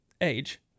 age